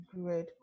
great